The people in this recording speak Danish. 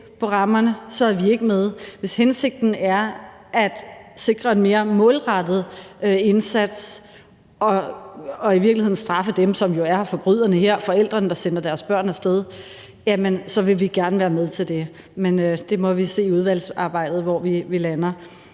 på rammerne, er vi ikke med, men hvis hensigten er at sikre en mere målrettet indsats og i virkeligheden straffe dem, som jo er forbryderne her, forældrene, der sender deres børn af sted, vil vi gerne være med til det. Men vi må se i udvalgsarbejdet, hvor vi lander.